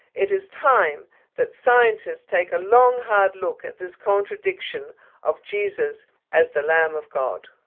it is time that scientists take a long hard look at this contradiction of jesus as the lamb of god.